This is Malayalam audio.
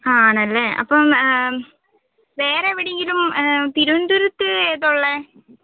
ആണല്ലേ അപ്പം വേറെയെവിടെയെങ്കിലും തിരുവനന്തപുരത്ത് ഏതാണ് ഉള്ളത്